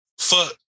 fuck